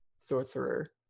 sorcerer